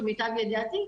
למיטב ידיעתי.